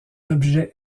objet